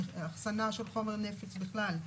אחסנה של חומר נפץ בכלל,